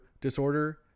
disorder